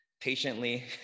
patiently